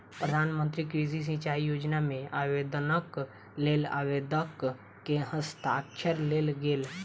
प्रधान मंत्री कृषि सिचाई योजना मे आवेदनक लेल आवेदक के हस्ताक्षर लेल गेल